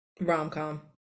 Rom-com